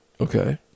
Okay